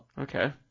Okay